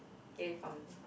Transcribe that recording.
get it from